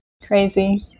Crazy